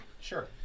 Sure